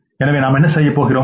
எனவே நாம் என்ன செய்கிறோம்